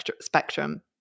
spectrum